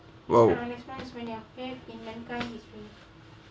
!wow!